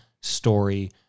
story